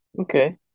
Okay